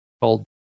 called